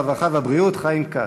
הרווחה והבריאות חיים כץ.